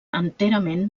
enterament